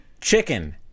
Chicken